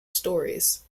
stories